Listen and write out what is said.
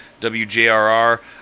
WJRR